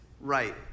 right